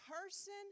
person